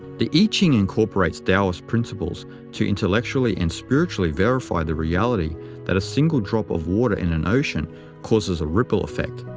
the i ching incorporates taoist principles to intellectually and spiritually verify the reality that a single drop of water in an ocean causes a ripple effect,